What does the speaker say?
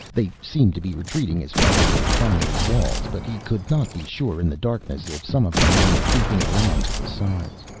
they seemed to be retreating as far as the refinery walls, but he could not be sure in the darkness if some of them weren't creeping around to the sides.